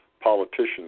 politician's